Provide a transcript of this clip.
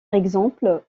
exemple